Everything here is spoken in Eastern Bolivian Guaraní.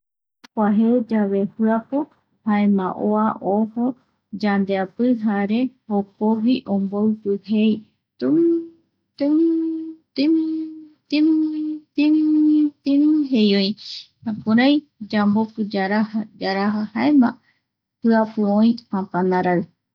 Yakua je yave jiapu jaema oa ojo yandeapijare jokogui omboipi jei tummmm, tummmm timmmm, timmmmm, timmmm timmmm jei oï jukurai yambopu yaraja, yaraja jaema jiapu oï kapanaraï.